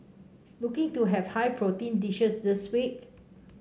looking to have high protein dishes this week